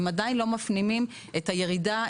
הם עדיין לא מפנימים את הירידה,